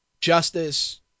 justice